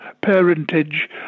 parentage